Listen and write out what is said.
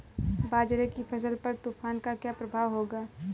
बाजरे की फसल पर तूफान का क्या प्रभाव होगा?